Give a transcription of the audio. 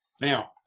Now